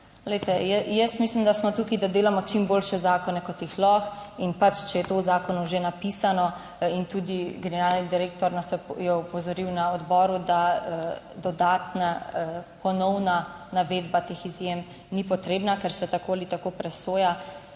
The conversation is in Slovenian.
glejte, jaz mislim, da smo tukaj, da delamo čim boljše zakone kot jih lahko, in če je to v zakonu že napisano in tudi generalni direktor nas je opozoril na odboru, da dodatna ponovna navedba teh izjem ni potrebna, ker se tako ali tako presoja